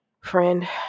Friend